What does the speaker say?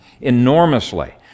enormously